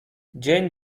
dzień